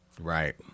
right